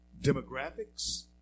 demographics